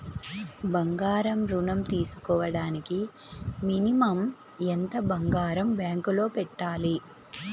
బంగారం ఋణం తీసుకోవడానికి మినిమం ఎంత బంగారం బ్యాంకులో పెట్టాలి?